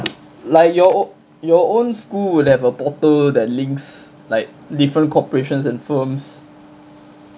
like your your own school would have a portal that links like different corporations and firms